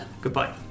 goodbye